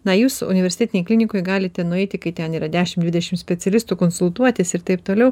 na jūs universitetinėj klinikoj galite nueiti kai ten yra dešim dvidešim specialistų konsultuotis ir taip toliau